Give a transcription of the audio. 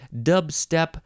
dubstep